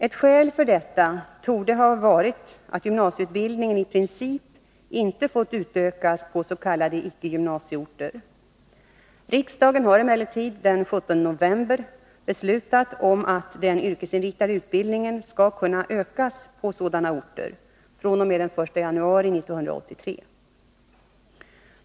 Ett skäl för detta torde ha varit att gymnasieutbildningen i princip inte fått utökas på s.k. icke gymnasieorter. Riksdagen har emellertid den 17 november beslutat om att den yrkesinriktade utbildningen skall kunna ökas på sådana orter fr.o.m. den 1 januari 1983 .